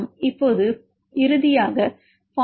இப்போது இறுதியாக 0